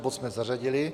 Bod jsme zařadili.